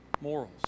morals